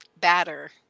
Batter